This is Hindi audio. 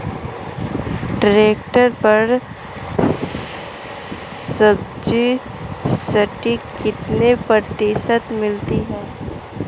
ट्रैक्टर पर सब्सिडी कितने प्रतिशत मिलती है?